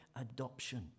Adoption